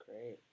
great